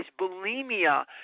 bulimia